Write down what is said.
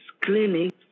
clinic